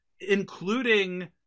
including